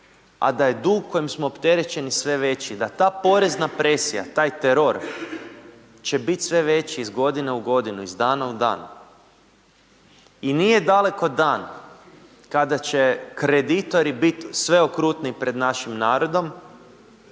a da je dug kojim smo opterećeni sve veći, da ta porezna presija, taj teror će biti sve veći iz godine u godinu, iz dana u dan. I nije daleko dan kada će kreditori biti sve okrutniji pred našim narodom